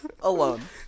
Alone